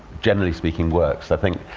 generally speaking, works. i think